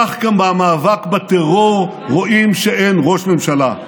כך גם במאבק בטרור רואים שאין ראש ממשלה.